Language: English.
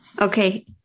Okay